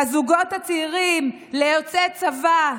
לזוגות הצעירים, ליוצאי צבא,